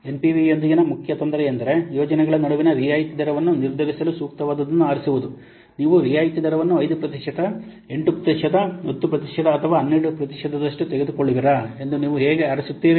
ಎನ್ಪಿವಿಯೊಂದಿಗಿನ ಮುಖ್ಯ ತೊಂದರೆ ಎಂದರೆ ಯೋಜನೆಗಳ ನಡುವಿನ ರಿಯಾಯಿತಿ ದರವನ್ನು ನಿರ್ಧರಿಸಲು ಸೂಕ್ತವಾದದನ್ನು ಆರಿಸುವುದು ನೀವು ರಿಯಾಯಿತಿ ದರವನ್ನು 5 ಪ್ರತಿಶತ 8 ಪ್ರತಿಶತ 10 ಪ್ರತಿಶತ ಅಥವಾ 12 ಪ್ರತಿಶತದಷ್ಟು ತೆಗೆದುಕೊಳ್ಳುತ್ತೀರಾ ಎಂದು ನೀವು ಹೇಗೆ ಆರಿಸುತ್ತೀರಿ